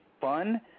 fun